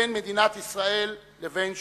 בין מדינת ישראל לבין שכנותיה.